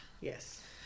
Yes